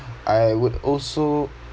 I would also